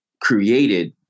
created